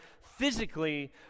physically